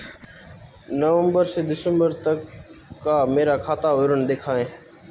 नवंबर से दिसंबर तक का मेरा खाता विवरण दिखाएं?